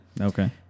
Okay